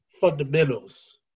Fundamentals